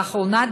לאחרונה,